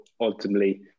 ultimately